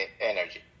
energy